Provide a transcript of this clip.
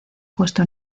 puesto